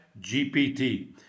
GPT